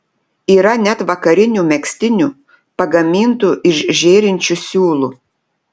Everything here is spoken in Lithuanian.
yra net vakarinių megztinių pagamintų iš žėrinčių siūlų